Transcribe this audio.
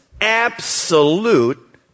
absolute